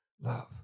love